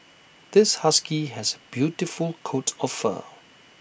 this husky has A beautiful coat of fur